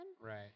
Right